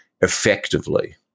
effectively